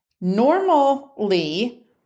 normally